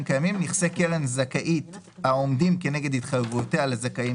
קיימים" נכסי קרן זכאית העומדים כנגד התחייבויותיה לזכאים